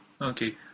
Okay